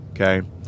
Okay